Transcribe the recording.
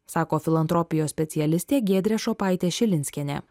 sako filantropijos specialistė giedrė šopaitė šilinskienė